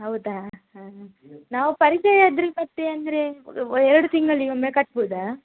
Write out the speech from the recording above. ಹೌದಾ ಹಾಂ ಹಾಂ ನಾವು ಪರಿಚಯ ಇದ್ದಿರಿ ಮತ್ತು ಅಂದರೆ ಎರಡು ತಿಂಗಳಿಗೊಮ್ಮೆ ಕಟ್ಬೋದ